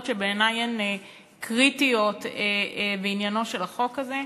שבעיני הן קריטיות בעניינו של החוק הזה.